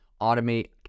automate